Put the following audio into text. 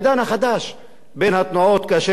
בין התנועות, כאשר נלחמו האחד נגד השני.